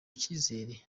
cyizere